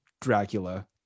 dracula